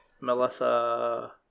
Melissa